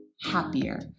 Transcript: happier